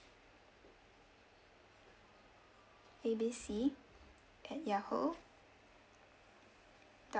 A B C at Yahoo dot